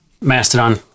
Mastodon